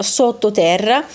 sottoterra